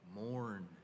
Mourn